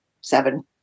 seven